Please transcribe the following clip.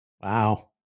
Wow